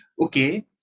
okay